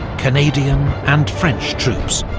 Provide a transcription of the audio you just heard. canadian and french troops,